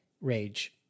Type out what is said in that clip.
rage